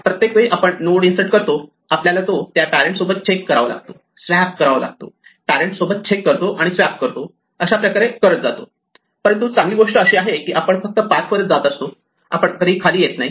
प्रत्येक वेळी मध्ये आपण नोड इन्सर्ट करतो आपल्याला तो त्या पॅरेण्ट सोबत चेक करावा लागतो स्वॅप करावा लागतो पॅरेण्ट सोबत चेक करतो आणि स्वॅप करतो अशाप्रकारे करत जातो परंतु चांगली गोष्ट अशी आहे की आपण फक्त पाथ वरच जात असतो आपण कधीही खाली येत नाही